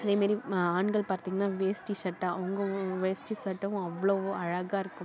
இதே மாரி ஆண்கள் பார்த்திங்கன்னா வேஷ்டி சட்டை அவுங்களும் வேஷ்டி சட்டயும் அவ்வளவு அழகாக இருக்கும்